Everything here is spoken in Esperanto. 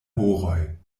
horoj